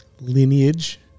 lineage